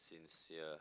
sincere